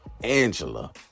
Angela